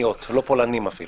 החדש (הוראת שעה) (הגבלת פעילות במקומות עבודה)